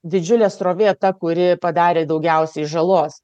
didžiulė srovė ta kuri padarė daugiausiai žalos